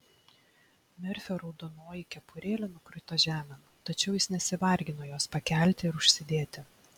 merfio raudonoji kepurėlė nukrito žemėn tačiau jis nesivargino jos pakelti ir užsidėti